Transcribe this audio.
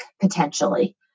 potentially